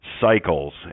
cycles